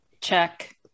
Check